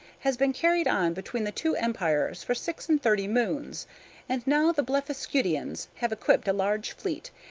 has been carried on between the two empires for six-and-thirty moons and now the blefuscudians have equipped a large fleet,